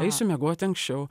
eisiu miegoti anksčiau